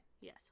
yes